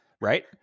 Right